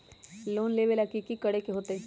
Loan लेबे ला की कि करे के होतई?